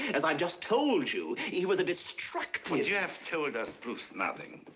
as i've just told you, he was a destructive you have told us proves nothing.